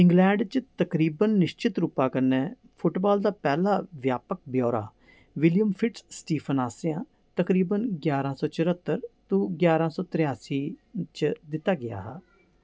England च तकरीबन निश्चत रूपा कन्नै फुट बाल दा पैह्ला व्यापक ब्यौरा विलियम फिट स्टीफन आसेआ तकरीबन ग्जारां सौ चरत्तर तूं जारां सौ तरेआसी च दित्ता गेआ हा